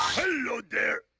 hello there,